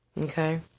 okay